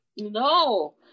No